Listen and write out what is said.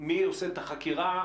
מי עושה אתה חקירה,